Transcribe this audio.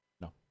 No